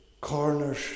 corners